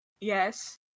Yes